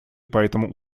поэтому